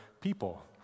people